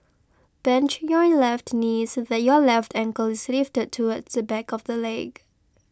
bend your left knee so that your left ankle is lifted towards the back of the leg